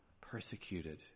Persecuted